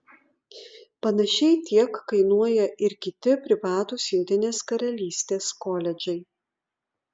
panašiai tiek kainuoja ir kiti privatūs jungtinės karalystės koledžai